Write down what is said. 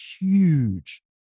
huge